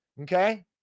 Okay